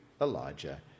Elijah